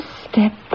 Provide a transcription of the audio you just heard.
step